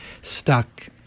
stuck